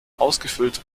ausgefüllt